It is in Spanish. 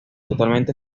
totalmente